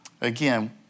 Again